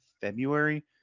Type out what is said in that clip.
February